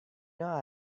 know